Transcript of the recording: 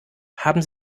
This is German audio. haben